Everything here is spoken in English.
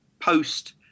post